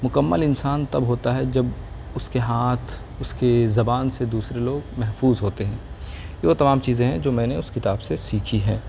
مکمل انسان تب ہوتا ہے جب اس کے ہاتھ اس کے زبان سے دوسرے لوگ محفوظ ہوتے ہیں یہ وہ تمام چیزیں ہیں جو میں نے اس کتاب سے سیکھی ہیں